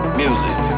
music